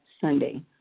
Sunday